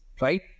right